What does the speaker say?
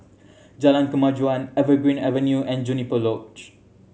Jalan Kemajuan Evergreen Avenue and Juniper Lodge